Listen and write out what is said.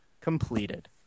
completed